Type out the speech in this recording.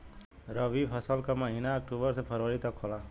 रवी फसल क महिना अक्टूबर से फरवरी तक होला